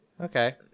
Okay